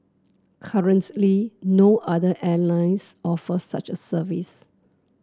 currently no other airlines offer such a service